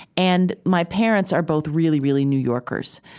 and my parents are both really, really new yorkers,